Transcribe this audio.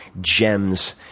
gems